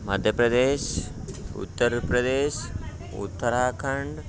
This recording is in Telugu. మధ్యప్రదేశ్ ఉత్తరప్రదేశ్ ఉత్తరాఖండ్